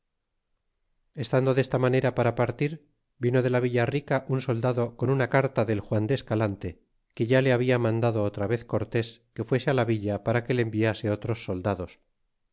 estando desta manera para partir vino de la villa rica un soldado con una carta del juan de escalante que ya le había mandado otra vez cortes que fuese la villa para que le enviase otros soldados